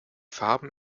farben